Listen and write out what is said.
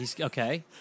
Okay